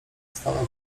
stanął